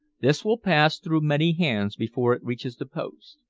this will pass through many hands before it reaches the post.